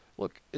Look